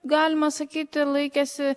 galima sakyti laikėsi